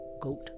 goat